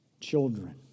children